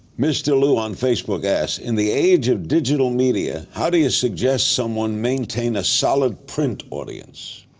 mr. lou on facebook asks, in the age of digital media, how do you suggest someone maintain a solid print audience?